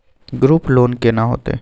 Group loan केना होतै?